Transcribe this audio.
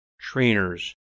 trainers